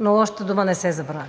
но лошата дума не се забравя.